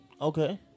Okay